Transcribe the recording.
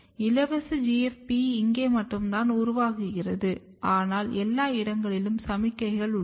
இலவச GFP இங்கே மட்டும் தான் உருவாகுகிறது ஆனால் எல்லா இடங்களிலும் சமிக்ஞையை உள்ளது